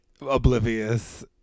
oblivious